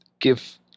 give